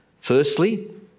Firstly